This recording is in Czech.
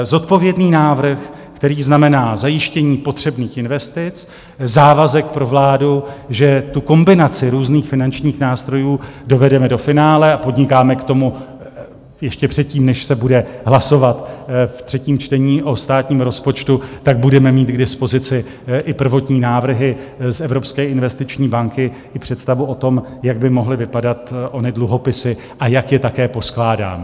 Zodpovědný návrh, který znamená zajištění potřebných investic, závazek pro vládu, že kombinaci různých finančních nástrojů dovedeme do finále, a podnikáme k tomu ještě předtím, než se bude hlasovat v třetím čtení o státním rozpočtu, budeme mít k dispozici i prvotní návrhy z Evropské investiční banky i představu o tom, jak by mohly vypadat ony dluhopisy a jak je také poskládáme.